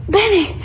Benny